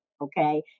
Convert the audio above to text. Okay